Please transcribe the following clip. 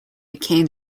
became